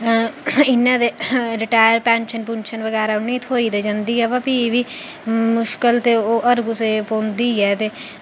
इन्ना ते retire pension पुंशन बगैरा उ'नें गी थ्होंदी ते जंदी गै फ्ही बी मुश्कल ते हर कुसै गी पौंदी गै ते